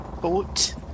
boat